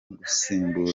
gusimburwa